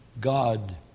God